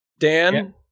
Dan